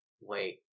Wait